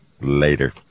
Later